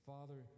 Father